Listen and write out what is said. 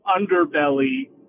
underbelly